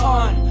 on